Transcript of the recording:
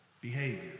behavior